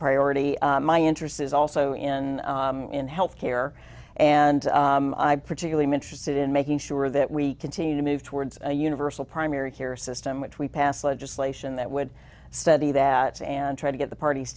priority my interest is also in in health care and i particularly interested in making sure that we continue to move towards a universal primary care system which we passed legislation that would study that and try to get the parties